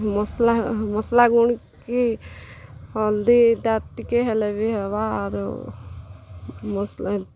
ମସ୍ଲା ମସ୍ଲା ଗୁଣ୍ କି ହଲ୍ଦୀ ଇଟା ଟିକେ ହେଲେ ବି ହେବା ଆରୁ ମସ୍ଲା